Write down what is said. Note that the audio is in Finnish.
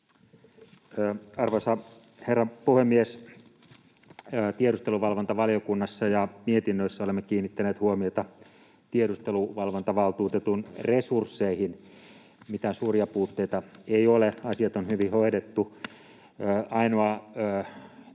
Arvoisa herra puhemies! Tiedusteluvalvontavaliokunnassa ja mietinnöissä olemme kiinnittäneet huomiota tiedusteluvalvontavaltuutetun resursseihin. Mitään suuria puutteita ei ole. Asiat on hyvin hoidettu. Ainoa